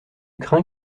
crains